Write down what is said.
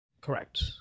Correct